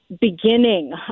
beginning